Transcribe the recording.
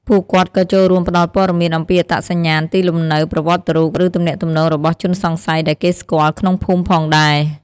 ពួកគាត់ក៏ចូលរួមផ្ដល់ព័ត៌មានអំពីអត្តសញ្ញាណ ទីលំនៅ ប្រវត្តិរូប ឬទំនាក់ទំនងរបស់ជនសង្ស័យដែលគេស្គាល់ក្នុងភូមិផងដែរ។